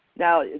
now,